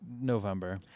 November